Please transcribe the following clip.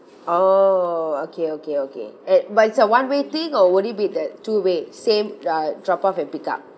oh okay okay okay at but it's a one way thing or would it be the two way same uh drop off and pick up